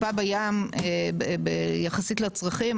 טיפה בים יחסית לצרכים,